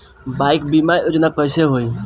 Bike बीमा योजना कैसे होई?